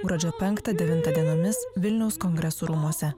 gruodžio penktą devintą dienomis vilniaus kongresų rūmuose